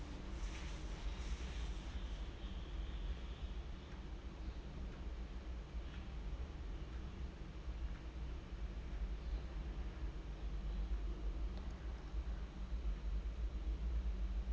piano